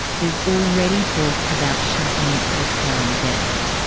there's already talk about shutting the town down.